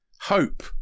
hope